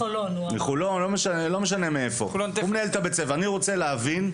אנחנו רוצים להבין: